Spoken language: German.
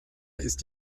ist